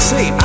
Say